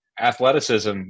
athleticism